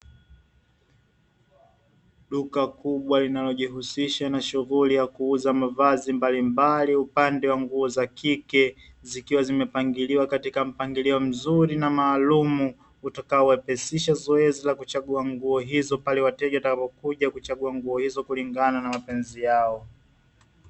Duka kubwa linalojihusisha na shughuli ya kuuza mavazi mbalimbali upande wa nguo za kike, zikiwa zimepangiliwa katika mpangilio mzuri na maalumu utakao wepesisha zoezi la kuchgua nguo hizo pale wateja watakapokuja kuchagua nguo hizo kulingana na mapenzi yao.